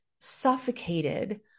suffocated